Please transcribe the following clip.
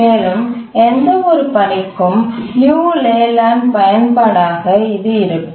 மேலும் எந்தவொரு பணிக்கும் லியு லேலண்டின் பயன்பாடாக இது இருக்கும்